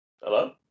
Hello